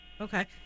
Okay